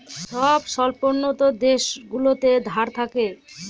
সব স্বল্পোন্নত দেশগুলোতে ধার থাকে